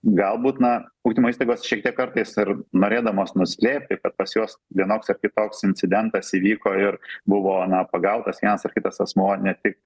galbūt na ugdymo įstaigos šiek tiek kartais ir norėdamos nuslėpti kad pas juos vienoks ar kitoks incidentas įvyko ir buvo na pagautas vienas ar kitas asmuo ne tik